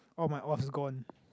all my offs gone